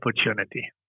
opportunity